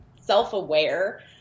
self-aware